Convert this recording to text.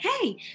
Hey